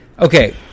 okay